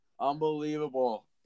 unbelievable